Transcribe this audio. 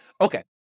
Okay